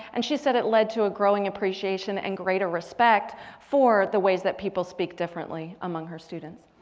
and she said it led to a growing appreciation and greater respect for the ways that people speak differently among her students.